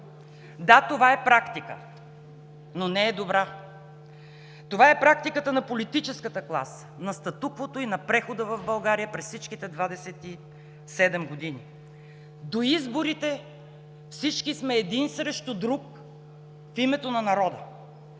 Да, това е практика, но не е добра. Това е практиката на политическата класа, на статуквото и на прехода в България през всичките 27 години. До изборите всички сме един срещу друг в името на народа,